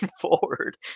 forward